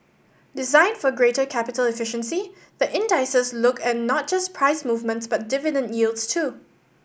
designed for greater capital efficiency the indices look at not just price movements but dividend yields too